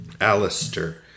Alistair